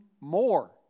more